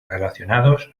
relacionados